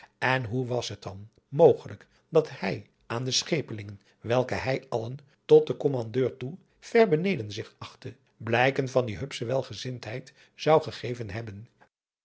en hoe was het dan adriaan loosjes pzn het leven van johannes wouter blommesteyn mogelijk dat hij aan de schepelingen welke hij allen tot den kommandeur toe ver beneden zich achtte blijken van die hupsche welgezindheid zou gegeven hebben